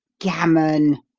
gammon!